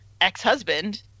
ex-husband